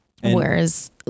Whereas